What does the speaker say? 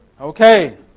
Okay